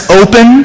open